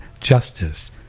justice